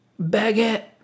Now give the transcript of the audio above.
baguette